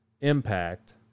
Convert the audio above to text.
Impact